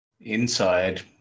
Inside